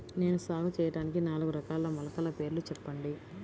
నేను సాగు చేయటానికి నాలుగు రకాల మొలకల పేర్లు చెప్పండి?